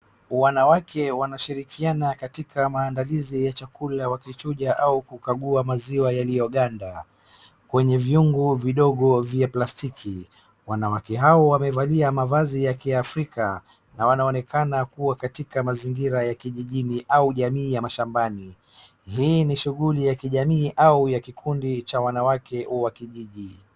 Wanawake wanashirikiana katika maandalizi ya chakula wakichuja au kukagua maziwa yaliyoganda, kwenye vyungu vidogo vya plastiki. Wanawake hao wamevalia mavazi ya kiafrika, na wanaonekana kuwa katika mazingira ya kijijini au jamii ya shambani. Hii ni shughuli ya kijamii au ya kikundi cha wanawake wa kijiji.